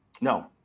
No